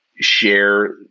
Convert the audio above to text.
share